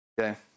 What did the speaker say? okay